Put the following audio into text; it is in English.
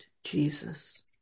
Jesus